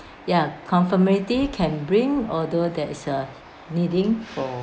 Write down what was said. ya conformity can bring although there is a needing for